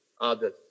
others